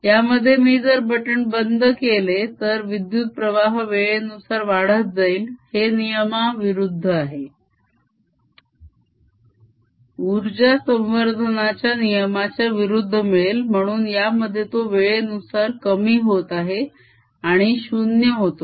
यामध्ये मी जर बटन बंद केले तर विद्युत्प्रवाह वेळेनुसार वाढत जाईल जे नियमाविरुद्ध आहे उर्जा संवर्धनाच्या नियमाच्या विरुद्ध मिळेल म्हणून यामध्ये तो वेळेनुसार कमी होत आहे आणि 0 होतो आहे